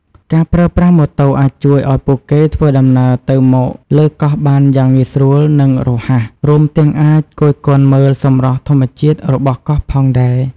ការប្រើប្រាស់ម៉ូតូអាចជួយឱ្យពួកគេធ្វើដំណើរទៅមកលើកោះបានយ៉ាងងាយស្រួល និងរហ័ស រួមទាំងអាចគយគន់មើលសម្រស់ធម្មជាតិរបស់កោះផងដែរ។